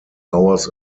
hours